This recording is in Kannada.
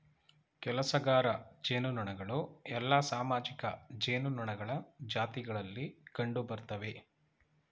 ಕೆಲಸಗಾರ ಜೇನುನೊಣಗಳು ಎಲ್ಲಾ ಸಾಮಾಜಿಕ ಜೇನುನೊಣಗಳ ಜಾತಿಗಳಲ್ಲಿ ಕಂಡುಬರ್ತ್ತವೆ